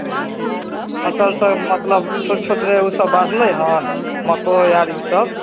ओ फसल सब मतलब छोटे छोट रहे ओ सब बढ़लै हन मकै आर ई सब